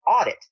audit